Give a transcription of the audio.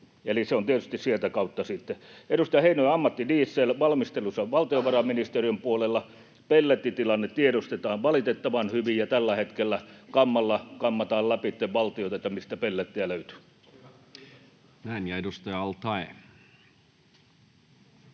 eli se on tietysti sieltä kautta sitten. Edustaja Heinonen, ammattidiesel: Valmistelussa valtiovarainministeriön puolella. Pellettitilanne tiedostetaan valitettavan hyvin, ja tällä hetkellä kammalla kammataan lävitse valtioita, mistä pellettejä löytyy. [Timo Heinonen: Hyvä,